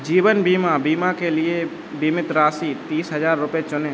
जीवन बीमा बीमा के लिए बीमित राशि तीस हजार रुपये चुनें